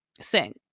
sing